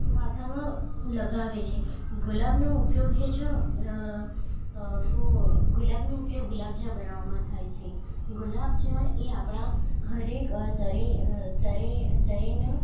માથામાં લગાવે છે ગુલાબનો ઉપયોગ હજુ ફૂ ગુલાબનું ઉપયોગ ગુલાબજળ બનાવામાં થાય છે ગુલાબજળએ આપણા હરેક શરીરના